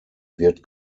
wird